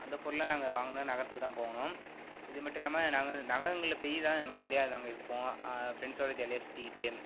அந்த பொருள்லாம் நாங்க வாங்கணும்னா நகரத்துக்கு தான் போகணும் இது மட்டும் இல்லாமல் நக நகரங்களில் போய் தான் நாங்கள் ஜாலியா நாங்கள் இருப்போம் ஃப்ரெண்ட்ஸோட ஜாலியாக சுத்திக்கிட்டு